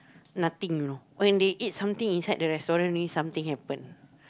nothing you know when they eat something inside the restaurant only something happen